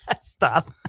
Stop